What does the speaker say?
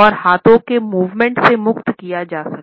और हाथों को मूवमेंट से मुक्त किया जा सके